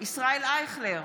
ישראל אייכלר,